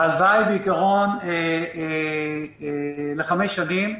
הלוואה היא בעיקרון לחמש שנים.